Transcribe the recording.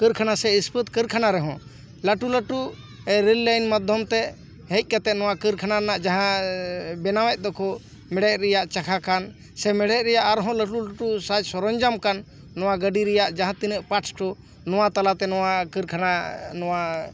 ᱠᱟᱹᱨᱠᱷᱟᱱᱟ ᱥᱮ ᱤᱥᱯᱟᱹᱛ ᱠᱟᱹᱨᱠᱷᱟᱱᱟ ᱨᱮ ᱦᱚᱸ ᱞᱟᱴᱩ ᱞᱟᱴᱩ ᱨᱮᱞ ᱞᱟᱭᱤᱱ ᱢᱟᱫᱫᱷᱚᱢ ᱛᱮ ᱦᱮᱡ ᱠᱟᱛᱮᱫ ᱱᱚᱣᱟ ᱠᱟᱹᱨᱠᱷᱟᱱᱟ ᱨᱮᱱᱟᱜ ᱡᱟᱦᱟᱸ ᱵᱮᱱᱟᱣ ᱮᱫ ᱫᱚᱠᱚ ᱢᱮᱲᱦᱮᱫ ᱨᱮᱭᱟᱜ ᱪᱟᱠᱷᱟ ᱠᱟᱱ ᱥᱮ ᱢᱮᱲᱦᱮᱫ ᱨᱮᱭᱟᱜ ᱟᱨ ᱦᱚᱸ ᱞᱟᱴᱩ ᱞᱟᱴᱩ ᱥᱟᱡᱽ ᱥᱚᱨᱚᱧᱡᱟᱢ ᱠᱟᱱ ᱱᱚᱶᱟ ᱜᱟᱹᱰᱤ ᱨᱮᱭᱟᱜ ᱡᱟᱦᱟᱸ ᱛᱤᱱᱟᱹᱜ ᱯᱟᱴᱥ ᱠᱚ ᱱᱚᱶᱟ ᱛᱟᱞᱟᱛᱮ ᱱᱚᱶᱟ ᱠᱟᱹᱨᱠᱷᱟᱱᱟ ᱱᱚᱶᱟ